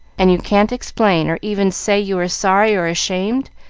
and you can't explain, or even say you are sorry or ashamed?